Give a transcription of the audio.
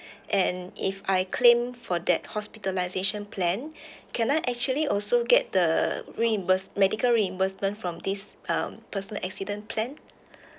and if I claim for that hospitalisation plan can I actually also get the reimburse medical reimbursement from this um personal accident plan